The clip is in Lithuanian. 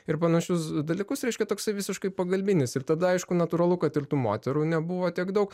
ir panašius dalykus reiškia toksai visiškai pagalbinis ir tada aišku natūralu kad ir tų moterų nebuvo tiek daug